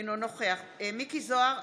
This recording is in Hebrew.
אינו נוכח מכלוף מיקי זוהר,